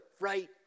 right